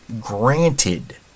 granted